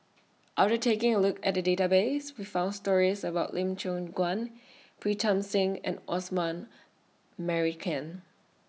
after taking A Look At The Database We found stories about Lim Siong Guan Pritam Singh and Osman Merican